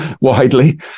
widely